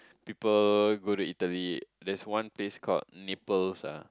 people go to Italy there's one place called Naples ah